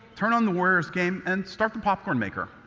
turn on the warriors game and start the popcorn maker.